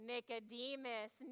Nicodemus